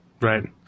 Right